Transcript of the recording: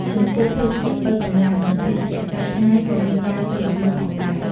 ចំពោះភេសជ្ជៈប៉ូវកម្លាំង និងភេសជ្ជៈកែច្នៃក៏មានការពេញនិយមផងដែរ។